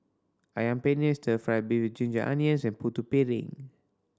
Ayam Penyet stir fried beef with ginger onions and Putu Piring